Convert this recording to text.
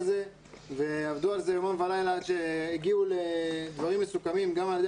זה יומם ולילה עד שהגיעו לדברים מסוכמים גם על ידי